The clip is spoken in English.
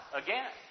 again